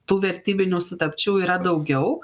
tų vertybinių sutapčių yra daugiau